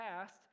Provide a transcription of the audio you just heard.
past